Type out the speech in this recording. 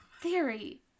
theory